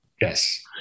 Yes